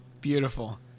Beautiful